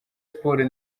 sports